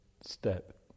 step